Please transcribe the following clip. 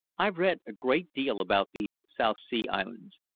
i've read a great deal about these south sea islands,